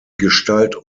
gestalt